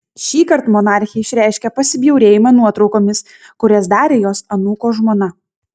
šįkart monarchė išreiškė pasibjaurėjimą nuotraukomis kurias darė jos anūko žmona